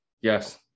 yes